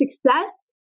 success